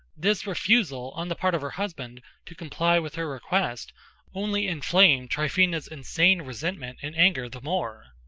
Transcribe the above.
this refusal on the part of her husband to comply with her request only inflamed tryphena's insane resentment and anger the more.